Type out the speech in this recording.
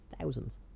thousands